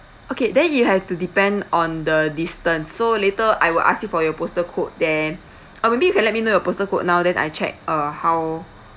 okay then it have to depend on the distance so later I will ask you for your postal code then uh maybe you can let me know your postal code now then I check uh how